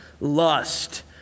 Lust